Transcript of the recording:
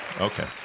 Okay